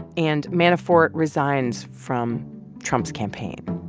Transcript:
and manafort resigns from trump's campaign